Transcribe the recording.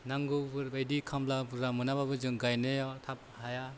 नांगौफोरबायदि खामला बुरजा मोनाबाबो जों गायनाया थाब हाया